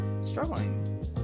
struggling